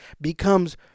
becomes